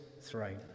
throne